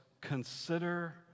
consider